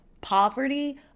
Poverty